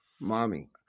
Mommy